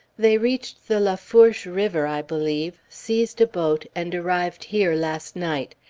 they reached the lafourche river, i believe, seized a boat, and arrived here last night.